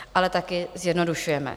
Ale taky zjednodušujeme.